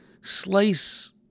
slice